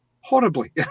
horribly